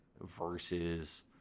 versus